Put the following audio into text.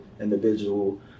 individual